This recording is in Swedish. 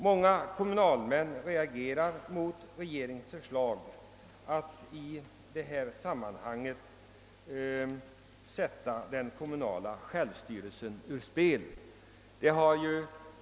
Många kommunalmän reagerar mot regeringens förslag att i detta sammanhang sätta den kommunala självstyrelsen ur spel.